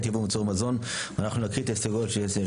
ק המזון כנוסחו בפרק זה תהיה נתונה גם